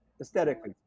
Aesthetically